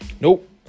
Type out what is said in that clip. Nope